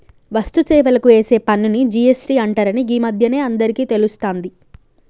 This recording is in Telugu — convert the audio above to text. వస్తు సేవలకు ఏసే పన్నుని జి.ఎస్.టి అంటరని గీ మధ్యనే అందరికీ తెలుస్తాంది